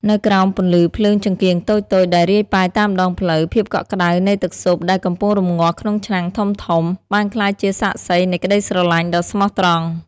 នៅក្រោមពន្លឺភ្លើងចង្កៀងតូចៗដែលរាយប៉ាយតាមដងផ្លូវ ភាពកក់ក្តៅនៃទឹកស៊ុបដែលកំពុងរំងាស់ក្នុងឆ្នាំងធំៗ បានក្លាយជាសាក្សីនៃក្តីស្រឡាញ់ដ៏ស្មោះត្រង់។